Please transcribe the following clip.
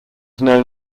known